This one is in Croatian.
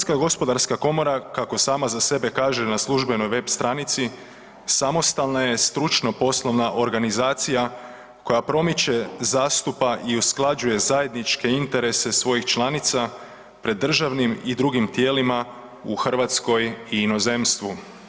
Hrvatska gospodarska komora kako sama za sebe kaže na službenoj web stranici samostalna je stručno poslovna organizacija koja promiče, zastupa i usklađuje zajedničke interese svojih članica pred državnim i drugim tijelima u Hrvatskoj i inozemstvu.